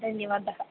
धन्यवादः